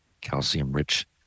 Calcium-rich